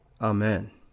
Amen